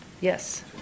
yes